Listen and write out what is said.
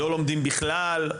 לא לומדים עברית בכלל?